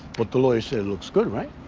but the lawyer said it looks good, right?